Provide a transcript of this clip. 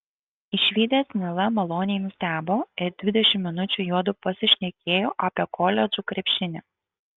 išvydęs nilą maloniai nustebo ir dvidešimt minučių juodu pasišnekėjo apie koledžų krepšinį